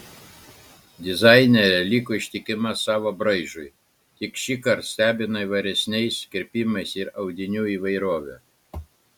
dizainerė liko ištikima savo braižui tik šįkart stebino įvairesniais kirpimais ir audinių įvairove